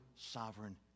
sovereign